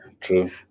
true